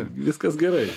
viskas gerai